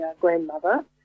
grandmother